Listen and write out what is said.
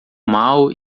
mal